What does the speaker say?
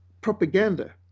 propaganda